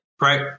right